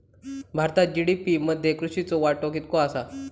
भारतात जी.डी.पी मध्ये कृषीचो वाटो कितको आसा?